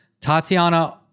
Tatiana